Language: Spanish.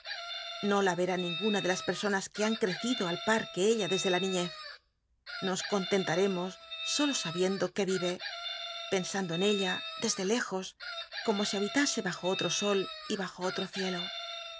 l'io la e i ninguna ele las pet sonas que han ctecido al par que ella desde la niñez nos contentaremos sólo sabiendo que vive pensando en ella desde léjos como si habilasc bajo olro sol y bajo ollo cielo